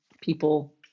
people